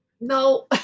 no